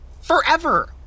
forever